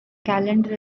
calendar